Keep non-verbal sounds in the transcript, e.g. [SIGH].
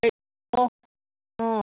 [UNINTELLIGIBLE] ꯑꯣ